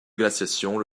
glaciation